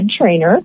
trainer